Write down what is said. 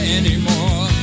anymore